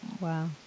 Wow